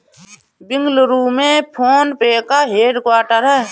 बेंगलुरु में फोन पे का head quarter हैं